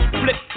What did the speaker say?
flip